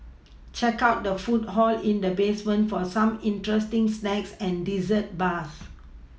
check out the food hall in the basement for some interesting snacks and dessert bars